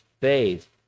faith